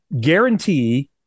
guarantee